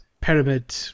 pyramid